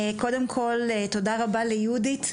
קודם כל תודה רבה ליהודית,